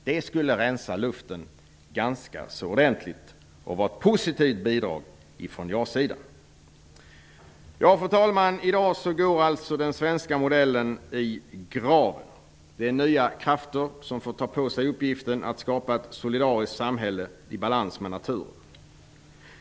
Det skulle rensa luften ganska så ordentligt och vara ett positivt bidrag från ja-sidan. Fru talman! I dag går alltså den svenska modellen i graven. Det är nya krafter som får ta på sig uppgiften att skapa ett solidariskt samhälle i balans med naturen.